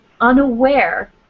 unaware